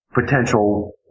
potential